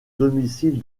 domicile